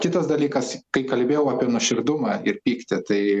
kitas dalykas kai kalbėjau apie nuoširdumą ir pyktį tai